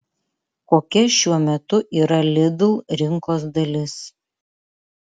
kokia šiuo metu yra lidl rinkos dalis